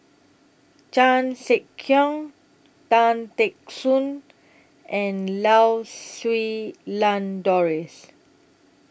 Chan Sek Keong Tan Teck Soon and Lau Siew Lang Doris